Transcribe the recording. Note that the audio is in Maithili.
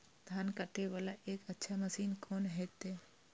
धान कटे वाला एक अच्छा मशीन कोन है ते?